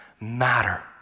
matter